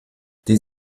die